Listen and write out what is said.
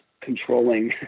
controlling